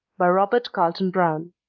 by robert carlton brown